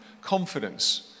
confidence